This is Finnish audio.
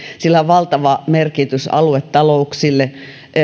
sillä on valtava merkitys aluetalouksille